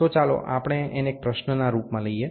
તો ચાલો આપણે આને એક પ્રશ્નના રૂપમાં લઈએ